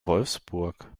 wolfsburg